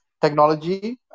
technology